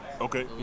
okay